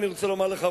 אני רוצה לומר לך,